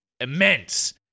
immense